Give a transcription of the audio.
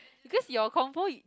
because your convo